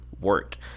work